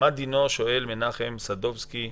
"מה דינו", שואל מנחם סדובסקי.